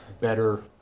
better